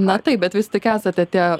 na taip bet vis tik esate tie